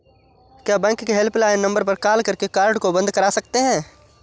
क्या बैंक के helpline number पर कॉल करके कार्ड को बंद करा सकते हैं?